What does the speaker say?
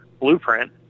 blueprint